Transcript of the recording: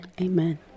amen